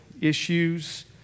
issues